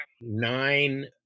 nine